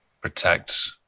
protect